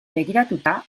begiratuta